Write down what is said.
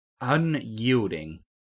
unyielding